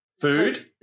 food